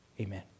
Amen